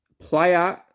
player